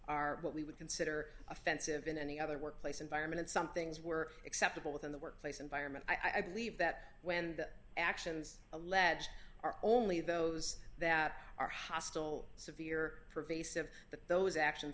are what we would consider offensive in any other workplace environment some things were acceptable within the workplace environment i believe that when the actions alleged are only those that are hostile severe pervasive that those actions